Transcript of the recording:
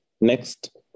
Next